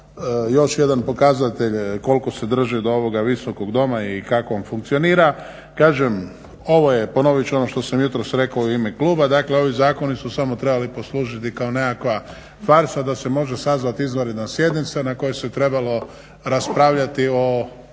još jedan pokazatelj koliko se drži do ovog Visokog doma i kako on funkcionira. Kažem ovo je ponovit ću ono što sam jutros rekao u ime kluba, dakle ovi zakoni su samo trebali poslužiti kao nekakva farsa da se može sazvati izvanredna sjednica na kojoj se trebalo raspravljati o